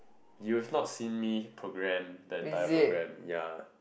you've not seen me program the entire program ya